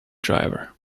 driver